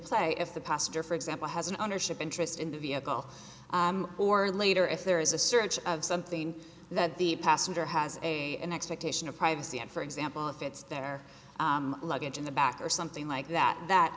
play if the passenger for example has an ownership interest in the vehicle or later if there is a search of something that the passenger has a an expectation of privacy and for example if it's their luggage in the back or something like that